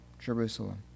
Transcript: Jerusalem